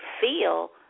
feel